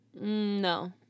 No